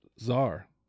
Czar